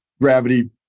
gravity